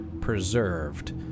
preserved